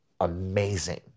amazing